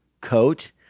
coat